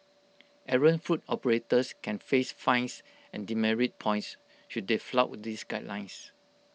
errant food operators can face fines and demerit points should they flout these guidelines